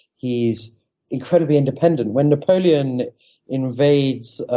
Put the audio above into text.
he's incredibly independent. when napoleon invades,